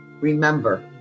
remember